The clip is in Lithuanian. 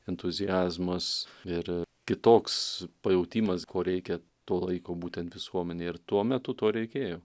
entuziazmas ir kitoks pajautimas ko reikia to laiko būtent visuomenei ir tuo metu to reikėjo